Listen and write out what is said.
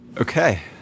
Okay